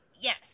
Yes